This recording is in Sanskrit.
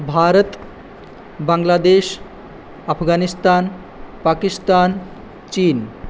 भारत् बाङ्ग्लादेश् अफ़्गानिस्तान् पाकिस्तान् चीन्